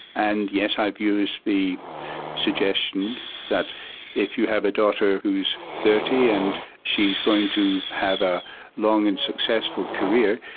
and yes, i've used the suggestion that if you have a daughter who's thirty and she's going to have a long and successful career,